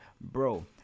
Bro